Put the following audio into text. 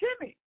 Jimmy